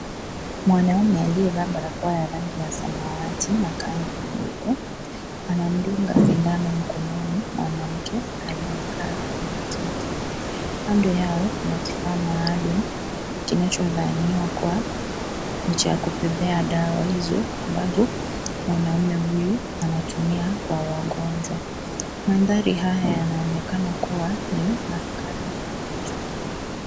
Mwanaume aliyevaa barakoa ya rangi ya samawati na kanzu nyeupe, anamdunga sindano mkononi mwanamke aliyekaa kwenye kiti. Kando yao kuna kifaa maalum kinachodhaniwa kuwa ni cha kupepea dawa hizo ambazo mwanamume huyu anatumia kwa wagonjwa. Mandhari haya yanaonekana kuwa ni maskani ya mtu.